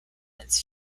its